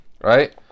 right